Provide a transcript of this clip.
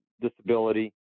disability